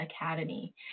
Academy